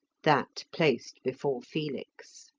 that placed before felix.